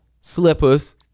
Slippers